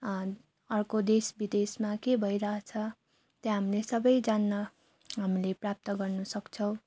अर्को देश विदेशमा के भइरहेछ त्यो हामीले सबै जान्न हामीले प्राप्त गर्नु सक्छौँ